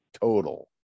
total